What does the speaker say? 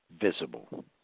visible